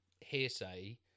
hearsay